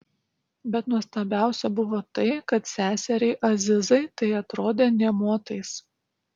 bet nuostabiausia buvo tai kad seseriai azizai tai atrodė nė motais